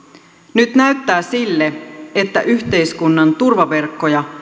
nyt näyttää sille että yhteiskunnan turvaverkkoja